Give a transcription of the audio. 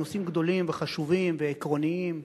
אלה נושאים גדולים וחשובים ועקרוניים.